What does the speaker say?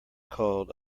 called